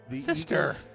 Sister